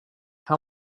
how